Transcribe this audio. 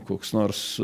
koks nors